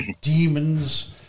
demons